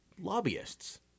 lobbyists